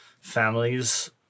families